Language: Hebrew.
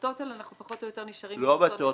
בטוטאל, אנחנו פחות או יותר נשארים עם אותו הדבר.